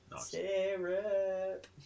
Syrup